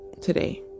today